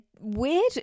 weird